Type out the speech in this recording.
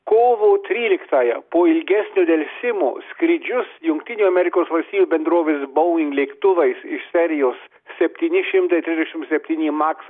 kovo tryliktąją po ilgesnio delsimo skrydžius jungtinių amerikos valstijų bendrovės boing lėktuvais iš serijos septyni šimtai trisdešim septyni maks